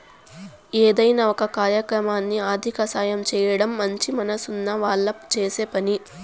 ఏదైనా ఒక కార్యక్రమానికి ఆర్థిక సాయం చేయడం మంచి మనసున్న వాళ్ళు చేసే పని